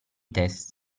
test